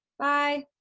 bye!